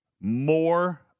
more